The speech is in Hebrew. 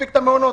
ביקשנו,